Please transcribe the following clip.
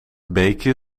beekje